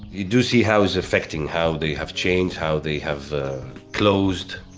you do see how it's affecting, how they have changed, how they have closed.